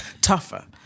tougher